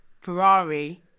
Ferrari